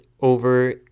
over